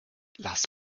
lass